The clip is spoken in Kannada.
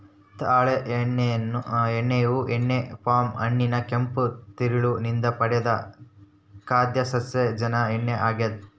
ತಾಳೆ ಎಣ್ಣೆಯು ಎಣ್ಣೆ ಪಾಮ್ ಹಣ್ಣಿನ ಕೆಂಪು ತಿರುಳು ನಿಂದ ಪಡೆದ ಖಾದ್ಯ ಸಸ್ಯಜನ್ಯ ಎಣ್ಣೆ ಆಗ್ಯದ